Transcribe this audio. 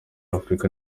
afurika